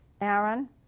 Aaron